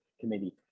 Committee